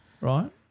Right